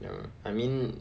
ya I mean